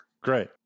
great